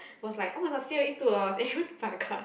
was like [oh]-my-god C_O_E two dollar and he went to buy a car